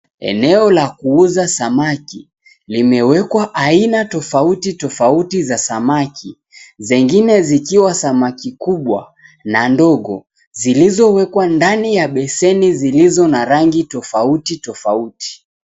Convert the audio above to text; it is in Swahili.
Eneo la kuuza samaki limewekwa aina tofauti tofauti za samaki. Zingine zikiwa samaki kubwa na ndogo zilizowekwa ndani ya beseni zilizo na rangi tofauti tofauti.